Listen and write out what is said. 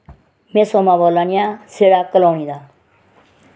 में सोमा बोला नी आं सीओड़ा कलोनी दा